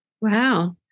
Wow